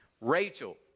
Rachel